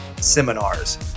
seminars